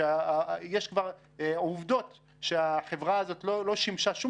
יש כבר עובדות שהחברה הזאת לא שימשה שום